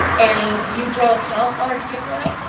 and you drove, how far to pick her up?